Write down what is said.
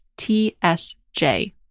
TSJ